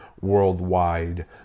worldwide